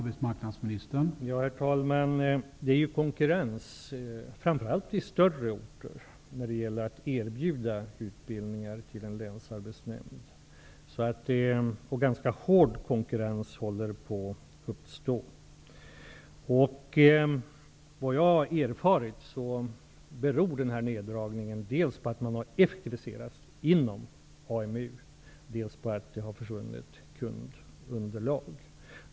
Herr talman! Det är ju konkurrens, framför allt i större orter, när det gäller att erbjuda utbildningar till en Länsarbetsnämnd. En ganska hård konkurrens håller på att uppstå. Såvitt jag har erfarit, beror denna neddragning på att man dels har effektiviserat inom AMU, dels har tappat kundunderlag.